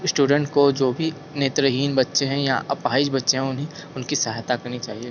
student को जो भी नेत्रहीन बच्चे हैं या अपाहिज बच्चे हैं उन्हें उनकी सहायता करनी चाहिए